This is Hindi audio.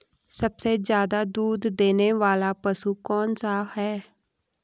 सबसे ज़्यादा दूध देने वाला पशु कौन सा है?